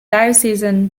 diocesan